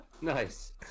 Nice